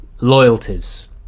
loyalties